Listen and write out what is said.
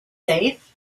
safe